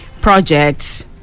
projects